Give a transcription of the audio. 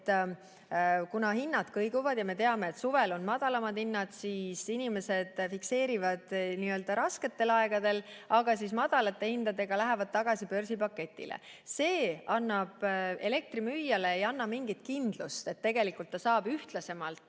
et kuna hinnad kõiguvad ja me teame, et suvel on madalamad hinnad, siis inimesed fikseerivad [hinna] rasketel aegadel, aga madalate hindadega lähevad tagasi börsipaketile. See ei anna elektrimüüjale mingit kindlust, et ta saab seda